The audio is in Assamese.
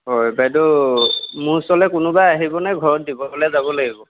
হয় বাইদেউ মোৰ ওচৰলৈ কোনোবাই আহিব নে ঘৰত দিবলৈ যাব লাগিব